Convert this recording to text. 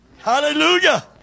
Hallelujah